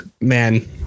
man